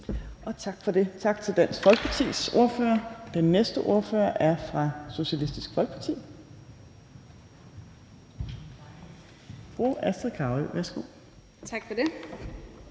Tak for det, tak til Dansk Folkepartis ordfører. Den næste ordfører er fra Socialistisk Folkeparti. Fru Astrid Carøe, værsgo. Kl.